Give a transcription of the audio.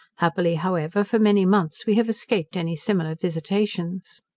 happily, however, for many months we have escaped any similar visitations.